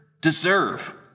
deserve